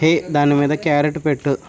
హే దాని మీద క్యారెట్లు పెట్టు